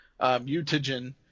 mutagen